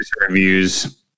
Reviews